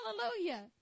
Hallelujah